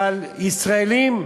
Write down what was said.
אבל ישראלים,